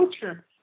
culture